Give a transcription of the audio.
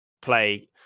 play